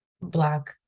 Black